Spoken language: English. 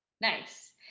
Nice